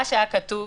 מה שהיה כתוב,